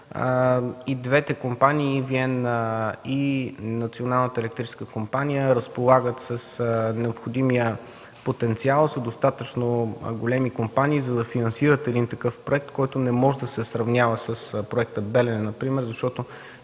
И двете компании – и ЕВН, и Националната електрическа компания, разполагат с необходимия потенциал на достатъчно големи компании, за да финансират един такъв проект, който не може да се сравнява с проекта „Белене” например, защото